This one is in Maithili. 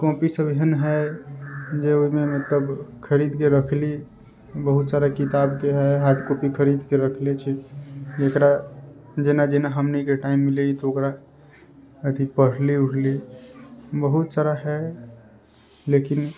कॉपी सभ एहन हइ जे ओहिमे मतलब खरीदके रखली बहुत सारा किताबके हइ हॉर्ड कॉपी खरीदके रखले छी जेकरा जेना जेना हमनिके टाइम मिलैया तऽ ओकरा अथि पढ़ली उढ़ली बहुत सारा हइ लेकिन